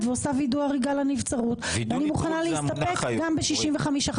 ועושה וידוא הריגה לנבצרות ואני מוכנה להסתפק גם ב-65.